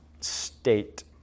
state